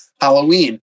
Halloween